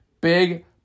Big